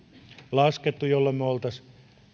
laskeneet niin me olisimme